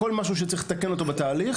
כל משהו שצריך לתקן אותו בתהליך,